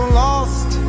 lost